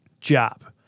job